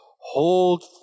Hold